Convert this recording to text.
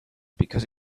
because